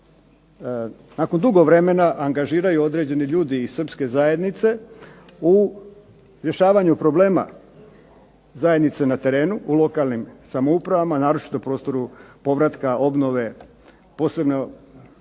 nakon dugo vremena angažiraju određeni ljudi iz srpske zajednice u rješavanju problema zajednice na terenu, u lokalnim samoupravama, naročito u prostoru povratka obnove posebne